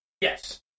yes